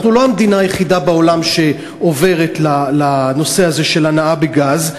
אנחנו לא המדינה היחידה בעולם שעוברת לנושא הזה של הנעה בגז,